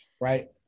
right